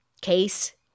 case